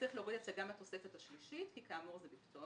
צריך להוריד את זה גם בתוספת השלישית כי כאמור זה בפטור.